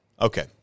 Okay